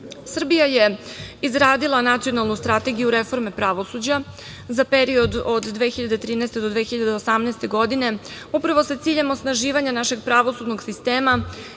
EU.Srbija je izradila Nacionalnu strategiju reforme pravosuđa za period od 2013. do 2018. godine upravo sa ciljem osnaživanja našeg pravosudnog sistema